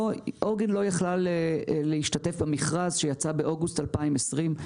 לא יכלה להשתתף במכרז שיצא באוגוסט 2020,